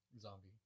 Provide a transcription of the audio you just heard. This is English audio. Zombie